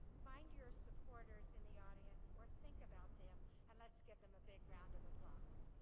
find your supporters in the audience or think about them and let's give them a big round of applause.